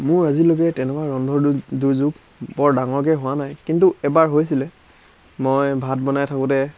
মোৰ আজিলৈকে তেনেকুৱা ৰন্ধন দুৰ্যোগ বৰ ডাঙৰকৈ হোৱা নাই কিন্তু এবাৰ হৈছিলে মই ভাত বনাই থাকোঁতে